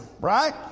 right